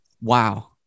Wow